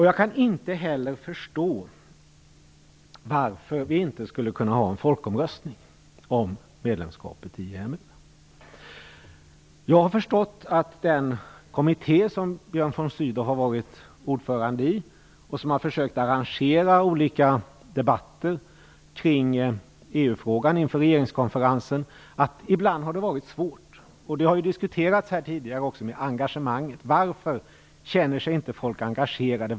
Jag kan inte heller förstå varför vi inte skulle kunna ha en folkomröstning om medlemskapet i EMU. Den kommitté som Björn von Sydow har varit ordförande i har försökt arrangera olika debatter kring EU-frågan inför regeringskonferensen. Jag har förstått att det ibland har varit svårt. Frågan om engagemanget har ju också diskuterats här tidigare. Varför känner sig inte folk engagerade?